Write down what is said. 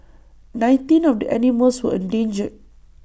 nineteen of the animals were endangered